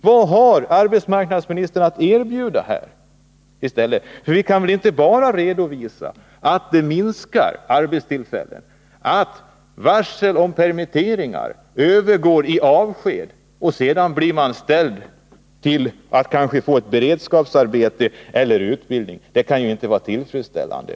Vad har arbetsmarknadsministern att erbjuda i stället på detta område? Vi kan väl inte bara redovisa att arbetstillfällena minskar i antal, att varsel om permitteringar övergår i avsked, och sedan blir man ställd i den situationen att man kanske kan få ett beredskapsarbete eller utbildning — det kan ju inte vara tillfredsställande.